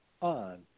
on